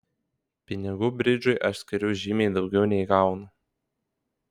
pinigų bridžui aš skiriu žymiai daugiau nei gaunu